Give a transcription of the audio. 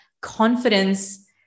confidence